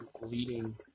leading